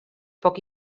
poc